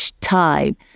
time